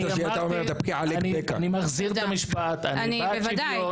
אני מחזיר את המשפט, אני בעד שוויון.